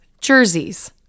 jerseys